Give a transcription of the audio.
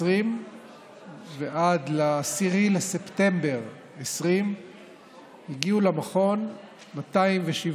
2020 ועד 10 בספטמבר 2020 הגיעו למכון 207